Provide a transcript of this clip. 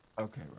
okay